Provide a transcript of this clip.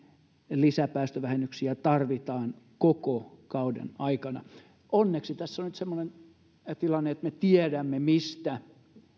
lisäpäästövähennyksiä tarvitaan koko kauden aikana onneksi tässä on nyt semmoinen tilanne että me tiedämme mistä